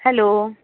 hello